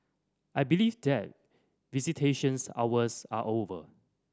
I believe that visitations hours are over